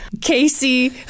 Casey